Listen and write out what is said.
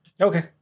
Okay